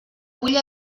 vull